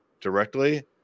directly